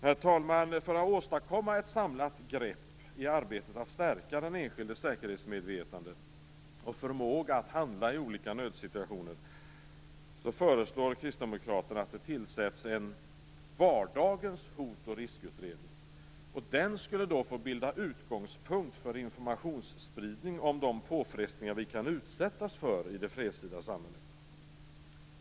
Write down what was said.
Herr talman! För att åstadkomma ett samlat grepp i arbetet att stärka den enskildes särkerhetsmedvetande och förmåga att handla i olika nödsituationer föreslår kristdemokraterna att det tillsätts en "vardagens Hot och riskutredning". Den skulle få bilda utgångspunkt för informationsspridning om de påfrestningar vi kan utsättas för i det fredstida samhället.